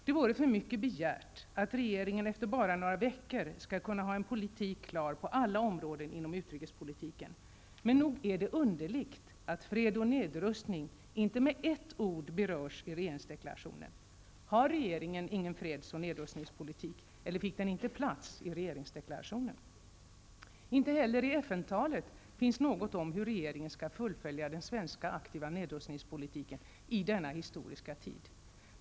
Det vore för mycket begärt att regeringen efter bara några veckor skall kunna ha en politik klar på alla områden inom utrikespolitiken. Men nog är det underligt att fred och nedrustning inte med ett ord berörs i regeringsdeklarationen. Har regeringen ingen freds och nedrustningspolitik? Eller fick den inte plats i regeringsdeklarationen? Inte heller i FN-talet finns något om hur regeringen skall fullfölja den svenska aktiva nedrustningspolitiken i denna historiska tid.